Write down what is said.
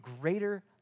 greater